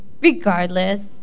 Regardless